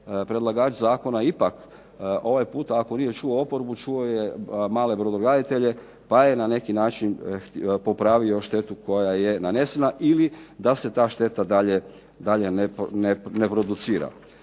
predlagač Zakona ipak, ovaj put, ako nije čuo oporbu, čuo je male brodograditelje pa je na neki način popravio štetu koja je nanesena, ili da se ta šteta dalje ne producira.